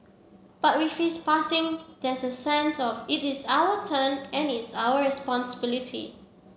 but with his passing there's a sense of it is our turn and it's our responsibility